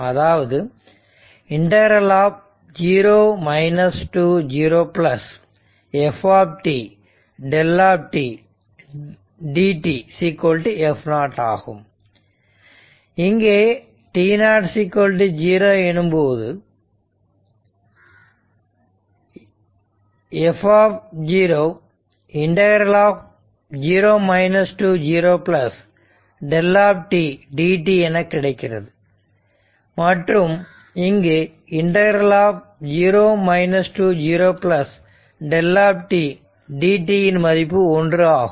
அதாவது 0 to 0 ∫ f δ dt f0 ஆகும் இங்கே t0 0 எனும்போது f 0 to 0 ∫ δ dt என கிடைக்கிறது மற்றும் இங்கு 0 to 0 ∫ δ dt இன் மதிப்பு 1 ஆகும்